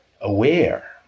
aware